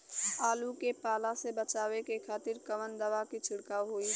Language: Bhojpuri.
आलू के पाला से बचावे के खातिर कवन दवा के छिड़काव होई?